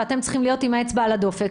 ואתם צריכים להיות עם האצבע על הדופק.